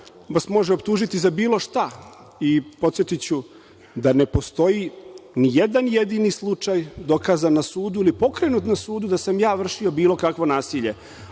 vas može optužiti za bilo šta. Podsetiću da ne postoji ni jedan jedini slučaj dokazan na sudu ili pokrenut na sudu da sam vršio bilo kakvo nasilje,